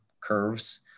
curves